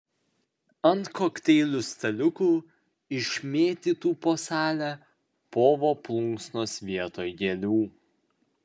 ant kokteilių staliukų išmėtytų po salę povo plunksnos vietoj gėlių